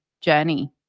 journey